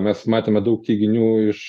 mes matėme daug teiginių iš